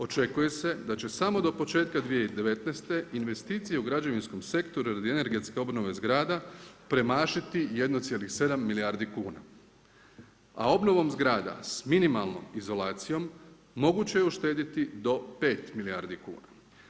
Očekuje se da će samo do početka 2019. investicije u građevinskom sektoru radi energetske obnove zgrada premašiti 1,7 milijardi kuna, a obnovom zgrada sa minimalnom izolacijom moguće je uštediti do 5 milijardi kuna.